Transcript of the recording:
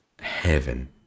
heaven